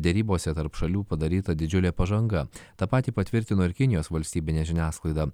derybose tarp šalių padaryta didžiulė pažanga tą patį patvirtino ir kinijos valstybinė žiniasklaida